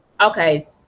Okay